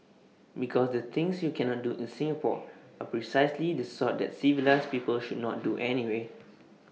because the things you cannot do in Singapore are precisely the sort that civilised people should not do anyway